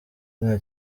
nta